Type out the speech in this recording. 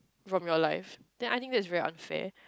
from your life then I think that's very unfair